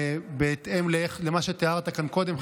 בהתאם למה שתיארת כאן קודם,